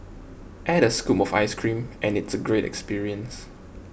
add a scoop of ice cream and it's a great experience